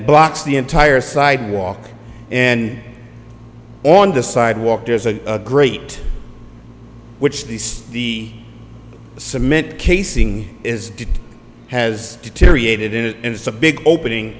blocks the entire sidewalk and on the sidewalk there's a great which the the cement casing is to has deteriorated in it and it's a big opening